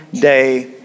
day